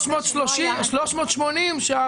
3.89,